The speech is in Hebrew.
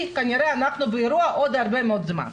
כי כנראה אנחנו באירוע עוד הרבה מאוד זמן.